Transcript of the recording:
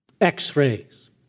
X-rays